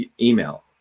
email